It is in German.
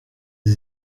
sie